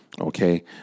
Okay